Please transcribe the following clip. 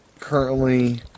currently